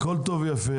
הכול טוב ויפה.